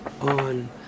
on